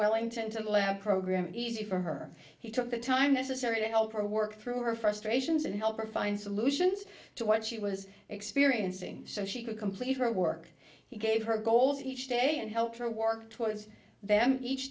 wellington to the lab program and easy for her he took the time necessary to help her work through her frustrations and help her find solutions to what she was experiencing so she could complete her work he gave her goals each day and helped her work towards them each